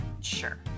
Sure